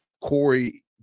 Corey